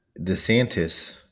DeSantis